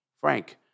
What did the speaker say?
Frank